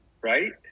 Right